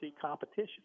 competition